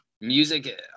music